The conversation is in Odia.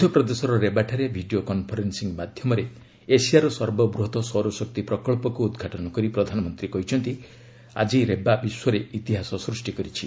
ମଧ୍ୟପ୍ରଦେଶର ରେବା ଠାରେ ଭିଡ଼ିଓ କନ୍ଫରେନ୍ସିଂ ମାଧ୍ୟମରେ ଏସିଆର ସର୍ବବୃହତ୍ ସୌରଶକ୍ତି ପ୍ରକଳ୍ପକୁ ଉଦ୍ଘାଟନ କରି ପ୍ରଧାନମନ୍ତ୍ରୀ କହିଛନ୍ତି ଆଜି ଆର୍ଚ୍ଚି ରେବା ବିଶ୍ୱରେ ଇତିହାସ ସୃଷ୍ଟି କରିଛି